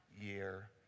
year